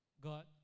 God